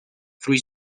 three